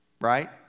Right